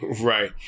Right